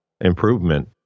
improvement